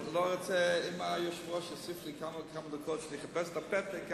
אם היושב-ראש יוסיף לי כמה דקות כדי שאחפש את הפתק,